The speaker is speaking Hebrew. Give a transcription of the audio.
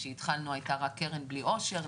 כשהתחלנו הייתה רק קרן בלי עושר,